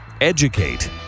Educate